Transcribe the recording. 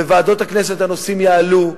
בוועדות הכנסת הנושאים יעלו,